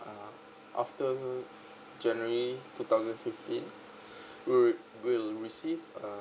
uh after january two thousand fifteen will will receive uh